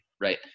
right